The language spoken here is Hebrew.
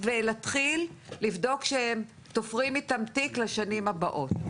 ולהתחיל לבדוק שהם תופרים איתם תיק לשנים הבאות,